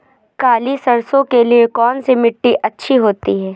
काली सरसो के लिए कौन सी मिट्टी अच्छी होती है?